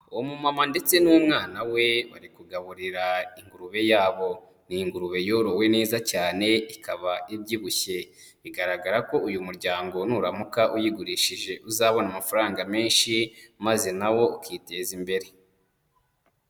Umumama ndetse n'umwana we bari kugaburira ingurube yabo, ni ingurube yorowe neza cyane ikaba ibyibushye, bigaragara ko uyu muryango nuramuka uyigurishije uzabona amafaranga menshi, maze na wo ukiteza imbere.